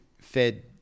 fed